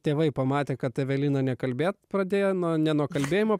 tėvai pamatė kad evelina ne kalbėt pradėjo nuo ne nuo kalbėjimo